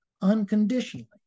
unconditionally